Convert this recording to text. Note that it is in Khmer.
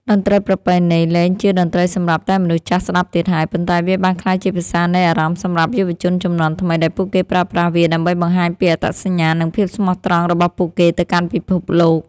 តន្ត្រីប្រពៃណី លែងជាតន្ត្រីសម្រាប់តែមនុស្សចាស់ស្ដាប់ទៀតហើយ ប៉ុន្តែវាបានក្លាយជាភាសានៃអារម្មណ៍សម្រាប់យុវជនជំនាន់ថ្មី ដែលពួកគេប្រើប្រាស់វាដើម្បីបង្ហាញពីអត្តសញ្ញាណ និងភាពស្មោះត្រង់របស់ពួកគេទៅកាន់ពិភពលោក។